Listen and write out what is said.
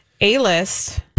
A-list